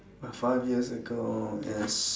but five years ago is